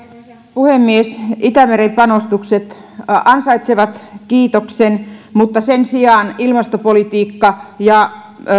puhemies itämeri panostukset ansaitsevat kiitoksen mutta sen sijaan ilmastopolitiikka ja